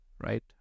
right